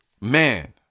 Man